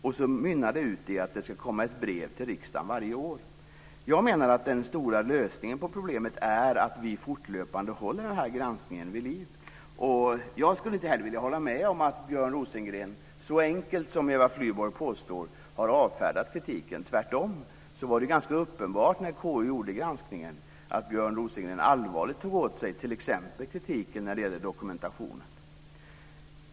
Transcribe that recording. Men så mynnar det hela ut i att det ska komma ett brev till riksdagen varje år. Den bästa lösningen på problemet är att vi fortlöpande håller granskningen vid liv. Jag håller inte med om att Björn Rosengren så enkelt som Eva Flyborg påstod har avfärdat kritiken. Tvärtom var det, när konstitutionsutskottet genomförde sin granskning, ganska uppenbart att Björn Rosengren allvarligt tog åt sig kritiken när det t.ex. gäller dokumentationen.